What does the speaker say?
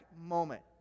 moment